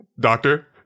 Doctor